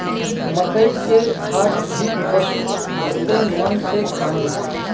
मकई के डाठ भी पशु बहुते मन से खाने